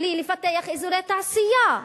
בלי לפתח אזורי תעשייה,